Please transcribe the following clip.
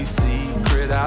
secret